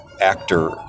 actor